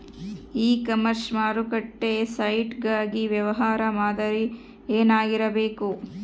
E commerce ಮಾರುಕಟ್ಟೆ site ಗಾಗಿ ವ್ಯವಹಾರ ಮಾದರಿ ಏನಾಗಿರಬೇಕು?